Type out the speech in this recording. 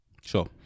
Sure